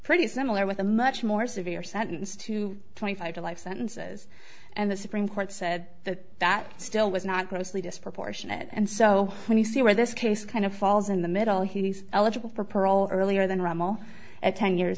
pretty similar with a much more severe sentence to twenty five to life sentences and the supreme court said that that still was not grossly disproportionate and so when you see where this case kind of falls in the middle he's eligible for parole earlier than rommel and ten years